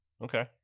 okay